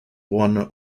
one